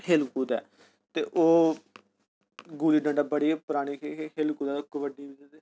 खेल कूद ऐ ओह् गुल्ली डंडा बड़ी गे परानी खेल कूद ऐ